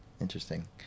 Interesting